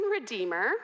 redeemer